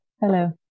Hello